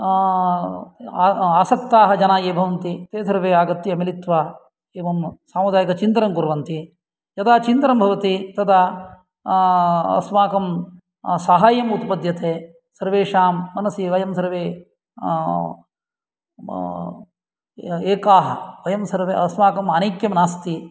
आसक्ताः जनाः ये भवन्ति ते सर्वे आगत्य मिलित्वा एवं सामुदायिकचिन्तनं कुर्वन्ति यदा चिन्तनं भवति तदा अस्माकं सहाय्यम् उत्पद्यते सर्वेषां मनसि वयं सर्वे एकाः वयं सर्वे अस्माकम् अनैक्यं नास्ति